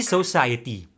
Society